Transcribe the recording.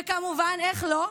וכמובן, איך לא,